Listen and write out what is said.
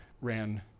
ran